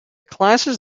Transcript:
classes